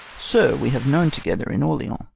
sir, we have known together in orleans.